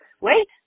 Wait